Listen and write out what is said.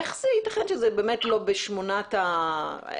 איך זה יתכן שזה לא בשמונת הסעיפים,